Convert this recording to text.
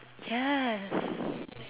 yes